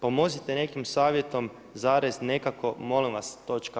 Pomozite nekim savjetom, zarez, nekako molim vas, točka.